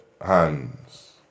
hands